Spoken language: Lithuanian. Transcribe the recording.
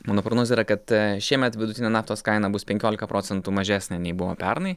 mano prognozė yra kad šiemet vidutinė naftos kaina bus penkiolika procentų mažesnė nei buvo pernai